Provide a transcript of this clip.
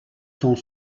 sont